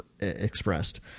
expressed